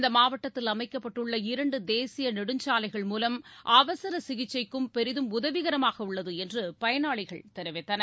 இந்த மாவட்டத்தில் அமைக்கப்பட்டுள்ள இரண்டு தேசிய நெடுஞ்சாலைகள் மூலம் அவசர சிகிச்சைக்கும் பெரிதும் உதவிகரமாக உள்ளது என்று பயனாளிகள் தெரிவித்தனர்